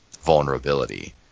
vulnerability